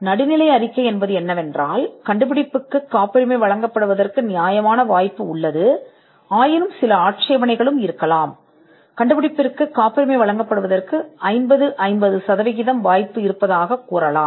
நடுநிலை அறிக்கை என்னவென்றால் கண்டுபிடிப்பு வழங்கப்படுவதற்கு நியாயமான வாய்ப்பு உள்ளது அவை சில ஆட்சேபனைகளாகவும் இருக்கலாம் அங்கு கண்டுபிடிப்பு வழங்கப்படுவதற்கு 50 50 சதவிகித வாய்ப்பு என்று நீங்கள் கூறலாம்